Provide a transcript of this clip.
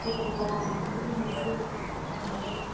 गोदौब्ला नाखौ होनोसै होनानै